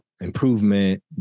improvement